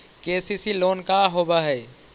KCC loan का होब हइ?